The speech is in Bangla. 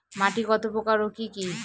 মাটি কত প্রকার ও কি কি?